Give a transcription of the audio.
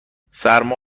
سرما